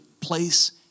place